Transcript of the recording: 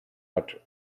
hat